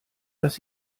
dass